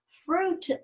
Fruit